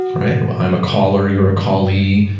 right? well, i'm a caller, you're a callee,